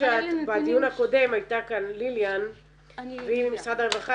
אבל -- בדיוק הקודם הייתה כאן ליליאן ממשרד הרווחה